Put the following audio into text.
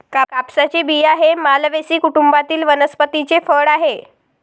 कापसाचे बिया हे मालवेसी कुटुंबातील वनस्पतीचे फळ आहे